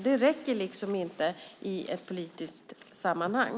Det räcker inte i ett politiskt sammanhang.